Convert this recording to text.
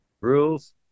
rules